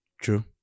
True